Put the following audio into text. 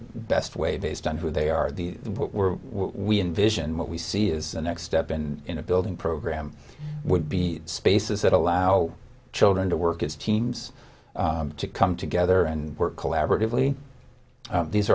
best way based on who they are the what were we envision what we see is a next step in building program would be spaces that allow children to work as teams to come together and work collaboratively these